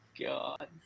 God